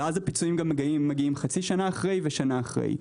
ואז הפיצויים מגיעים חצי שנה אחרי ושנה אחרי.